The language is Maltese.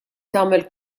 tagħmel